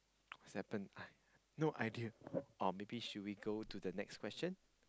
happen no idea or should we go to the next question